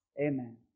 Amen